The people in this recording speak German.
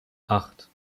acht